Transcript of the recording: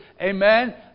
Amen